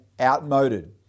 outmoded